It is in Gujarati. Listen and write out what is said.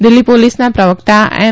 દિલ્લી પોલીસના પ્રવક્તા એમ